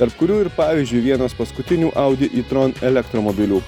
tarp kurių ir pavyzdžiui vienas paskutinių audi itron elektromobilių